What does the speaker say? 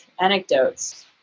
anecdotes